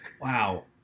Wow